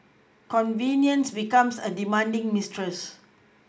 convenience becomes a demanding mistress